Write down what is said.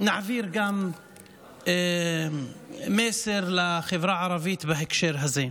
שנעביר גם מסר לחברה הערבית בהקשר הזה.